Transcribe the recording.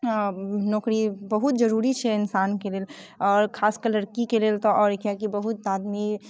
नौकरी बहुत जरूरी छै इन्सान के लेल आओर खास कऽ लड़कीके लेल तऽ आओर किएकि बहुत आदमी